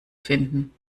finden